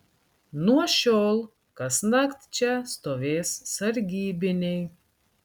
nuo šiol kasnakt čia stovės sargybiniai